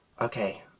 okay